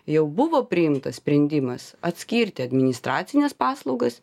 jau buvo priimtas sprendimas atskirti administracines paslaugas